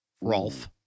Rolf